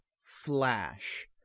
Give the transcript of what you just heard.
flash